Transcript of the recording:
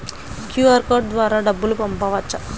QR code ద్వారా డబ్బులు పంపవచ్చా?